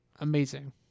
amazing